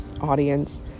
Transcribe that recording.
audience